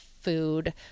food